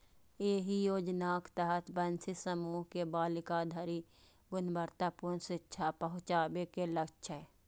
एहि योजनाक तहत वंचित समूह के बालिका धरि गुणवत्तापूर्ण शिक्षा पहुंचाबे के लक्ष्य छै